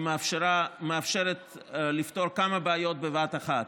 והיא מאפשרת לפתור כמה בעיות בבת אחת: